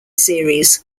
series